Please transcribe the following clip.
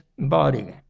body